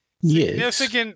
Yes